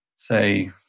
say